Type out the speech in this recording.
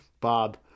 bob